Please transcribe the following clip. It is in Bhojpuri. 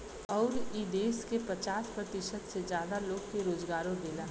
अउर ई देस के पचास प्रतिशत से जादा लोग के रोजगारो देला